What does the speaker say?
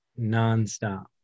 nonstop